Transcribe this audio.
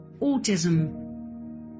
autism